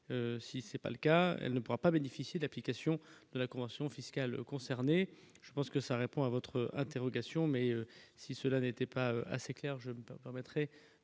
si c'est pas le cas, elle ne pourra pas bénéficier de l'application de la convention fiscale concernés, je pense que ça répond à votre interrogation, mais si cela n'était pas assez clair : je me permettrai